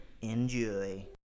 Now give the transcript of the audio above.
enjoy